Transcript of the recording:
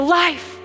life